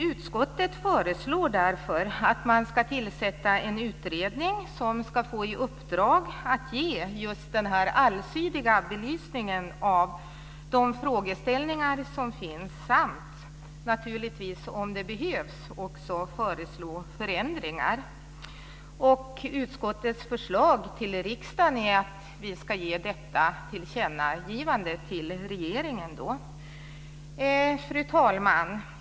Utskottet föreslår därför att man ska tillsätta en utredning som ska få i uppdrag att ge en allsidig belysning av de frågeställningar som finns samt, om det behövs, också föreslå förändringar. Utskottets förslag till riksdagen är att vi ska göra detta tillkännagivande till regeringen. Fru talman!